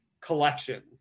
collection